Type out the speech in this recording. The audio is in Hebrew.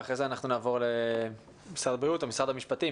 ואז נעבור למשרד הבריאות ומשרד המשפטים,